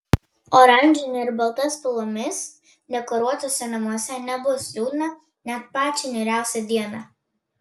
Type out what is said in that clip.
oranžine ir balta spalvomis dekoruotuose namuose nebus liūdna net pačią niūriausią dieną